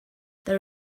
this